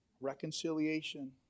Reconciliation